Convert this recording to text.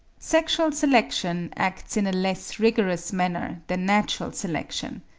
sexual selection acts in a less rigorous manner than natural selection.